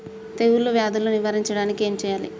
తెగుళ్ళ వ్యాధులు నివారించడానికి ఏం చేయాలి?